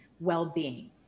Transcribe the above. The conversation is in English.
well-being